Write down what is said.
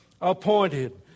appointed